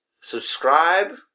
subscribe